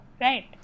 right